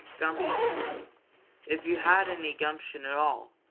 gumption if you had any gumption at all,